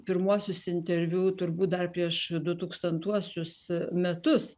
pirmuosius interviu turbūt dar prieš du tūkstantuosius metus